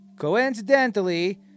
Coincidentally